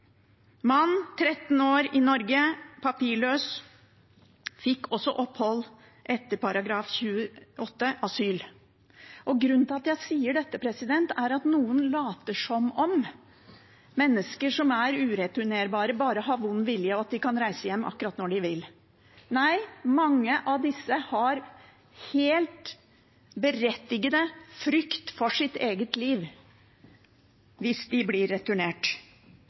Mann, 13 år i Norge, papirløs, fikk også opphold etter § 28, asyl. Grunnen til at jeg sier dette, er at noen later som om mennesker som er ureturnerbare, bare har vond vilje, og at de kan reise hjem akkurat når de vil. Mange av disse har helt berettiget frykt for sitt eget liv hvis de blir returnert.